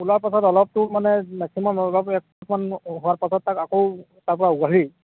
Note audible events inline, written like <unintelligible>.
ওলোৱাৰ পাছত অলপতো মানে <unintelligible> হোৱাৰ পাছত তাক আকৌ তাৰপৰা উঘালি